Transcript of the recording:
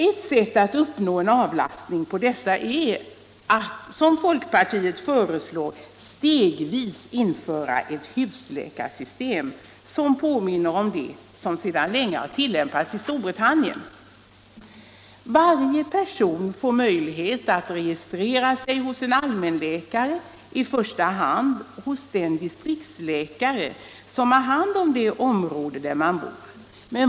Ett sätt att uppnå en avlastning på akutmottagningarna är att, som folkpartiet föreslår, stegvis införa ett husläkarsystem, som påminner om det som sedan länge tillämpas i Storbritannien. Varje person får möjlighet att registrera sig hos en allmänläkare, i första hand hos den distriktsläkare som har hand om det område där man bor.